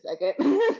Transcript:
second